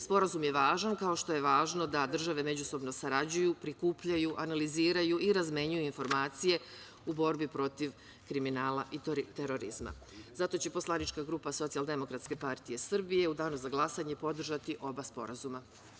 Sporazum je važan, kao što je važno da države međusobno sarađuju, prikupljaju, analiziraju i razmenjuju informacije u borbi protiv kriminala i terorizma, zato će poslanička grupa SDPS u danu za glasanje podržati oba sporazuma.